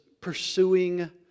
pursuing